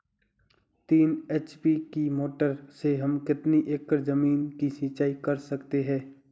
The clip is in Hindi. तीन एच.पी की मोटर से हम कितनी एकड़ ज़मीन की सिंचाई कर सकते हैं?